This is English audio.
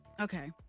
okay